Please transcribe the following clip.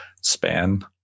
span